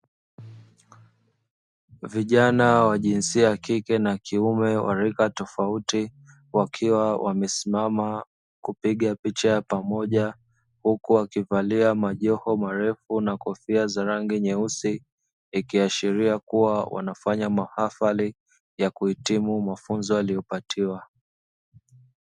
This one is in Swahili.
Vijana wa jinsia ya kike na kiume wa rika tofauti, wakiwa wamesimama kupiga picha pamoja, huku wakivalia majoho marefu na kofia za rangi nyeusi ikiashiria kuwa wanafanya maafali ya kuhitimu mafunzo yaliyopatiwa.